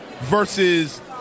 versus